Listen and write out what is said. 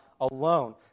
alone